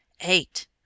Eight